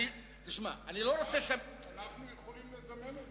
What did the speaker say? אנחנו יכולים לזמן אותה.